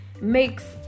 makes